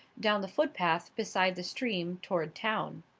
down the footpath beside the stream toward town.